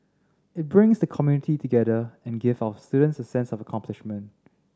it brings the community together and give our students a sense of accomplishment